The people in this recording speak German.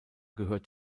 gehört